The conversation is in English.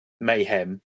mayhem